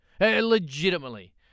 Legitimately